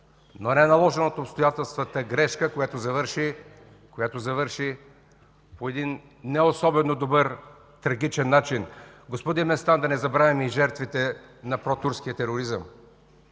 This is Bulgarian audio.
но не наложена от обстоятелствата грешка, която завърши по един неособено добър, трагичен начин. Господин Местан, да не забравяме и жертвите на протурския тероризъм.